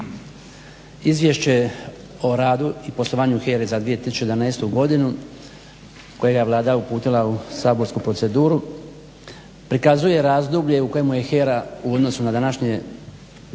Izvješće o radu i poslovanju HERA-e za 2011. godinu kojega je Vlada uputila u saborsku proceduru prikazuje razdoblje u kojemu je HERA u odnosu na današnje